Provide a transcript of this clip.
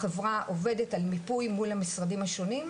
החברה עובדת על מיפוי מול המשרדים השונים.